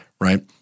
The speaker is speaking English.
right